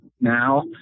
now